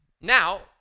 Now